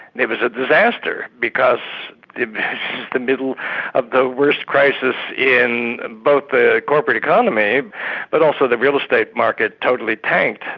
it was a disaster, because it was the middle of the worst crisis in both the corporate economy but also the real estate market totally tanked.